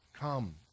Come